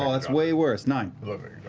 um that's way worse nine.